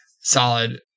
solid